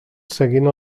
seguint